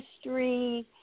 history